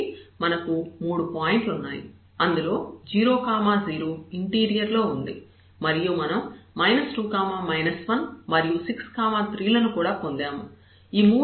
కాబట్టి మనకు మూడు పాయింట్లు ఉన్నాయి అందులో 0 0 ఇంటీరియర్ లో ఉంది మరియు మనం 2 1 మరియు 6 3 లను కూడా పొందాము